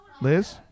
Liz